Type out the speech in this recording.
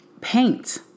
paint